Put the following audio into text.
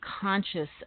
conscious